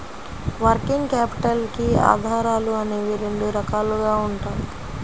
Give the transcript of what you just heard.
working capital కి ఆధారాలు అనేవి రెండు రకాలుగా ఉంటాయి